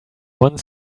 one